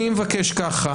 אני מבקש ככה,